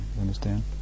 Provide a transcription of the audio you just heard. understand